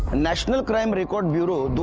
national crime record bureau's,